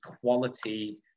quality